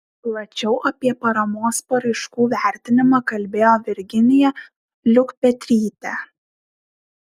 plačiau apie paramos paraiškų vertinimą kalbėjo virginija liukpetrytė